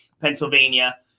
Pennsylvania